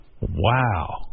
Wow